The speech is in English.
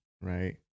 right